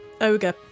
ogre